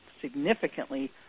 significantly